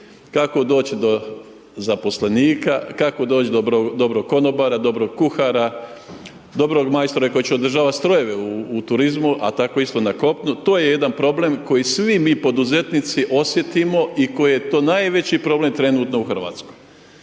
kako doći do zaposlenika, kako doći do dobrog konobara, dobrog kuhara, dobrog majstora koji će održavati strojeve u turizmu, a tako isto na kopnu. To je jedan problem koji svi mi poduzetnici osjetimo i koji je to najveći problem trenutno u Hrvatskoj.